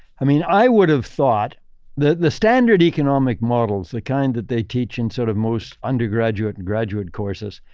i mean, i would have thought that the standard economic models, the kind that they teach in sort of most undergraduate and graduate courses,